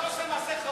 אתה עושה מעשה חמור.